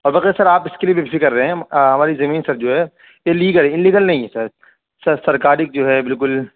اور بقیہ سر آپ اس کے لیے بےفکر رہیں ہم ہماری زمین سر جو ہے یہ لیگل ہے انلیگل نہیں ہے سر سر سرکار جو ہے بالکل